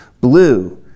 Blue